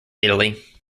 italy